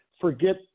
Forget